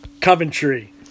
Coventry